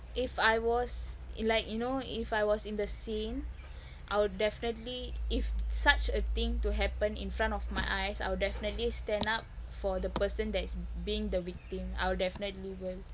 if I was in like you know if I was in the scene I'll definitely if such a thing to happen in front of my eyes I'll definitely stand up for the person that is being the victim I'll definitely will